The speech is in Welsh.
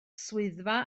swyddfa